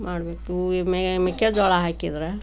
ಮಾಡಬೇಕು ಈ ಮೆಕ್ಕೆಜೋಳ ಹಾಕಿದ್ರೆ